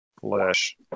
flesh